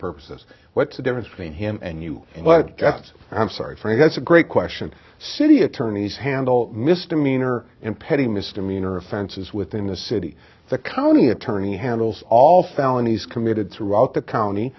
purposes what's the difference between him and you but i'm sorry friend that's a great question city attorneys handle misdemeanor and petty misdemeanor offenses within the city the county attorney handles all felonies committed throughout the county